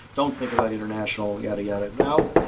don't think about international, yadi-yada. now,